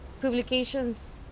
publications